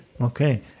Okay